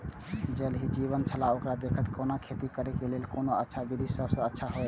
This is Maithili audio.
ज़ल ही जीवन छलाह ओकरा देखैत कोना के खेती करे के लेल कोन अच्छा विधि सबसँ अच्छा होयत?